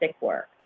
work